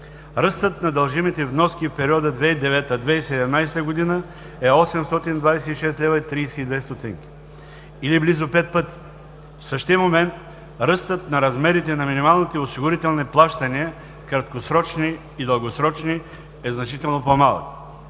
Ръстът на дължимите вноски в периода 2009 – 2017 г. е 826, 32 лв. или близо 5 пъти. В същия момент ръстът на размерите на минималните осигурителни плащания – краткосрочни и дългосрочни, е значително по-малък.